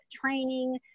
training